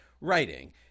writing